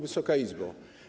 Wysoka Izbo!